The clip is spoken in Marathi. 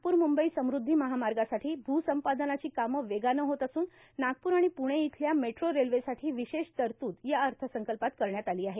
नागपूर मुंबई समृद्धी महामार्गासाठी भूसंपादनाची कामं वेगानं होत असून नागपूर आणि पुणे इथल्या मेट्रो रेल्वेसाठी विशेष तरतूद या अर्थसंकल्पात करण्यात आली आहे